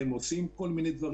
לא ייתכן שהם